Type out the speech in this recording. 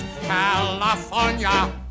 California